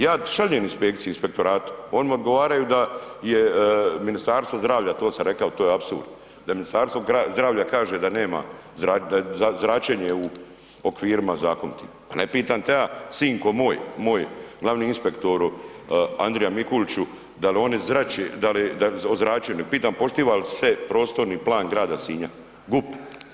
Ja šaljem inspekciju inspektoratu, oni mi odgovaraju da je Ministarstvo zdravlja, to sam rekao to je apsurd, da Ministarstvo zdravlja kaže da nema, da je zračenje u okvirima zakonitim, pa ne pitan te ja sinko moj, moj glavni inspektoru Andrija Mikuliću dal oni zrače, da li, o zračenju, pitam poštiva li se prostorni plan grada Sinja, GUP?